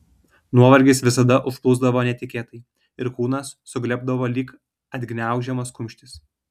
nuovargis visada užplūsdavo netikėtai ir kūnas suglebdavo lyg atgniaužiamas kumštis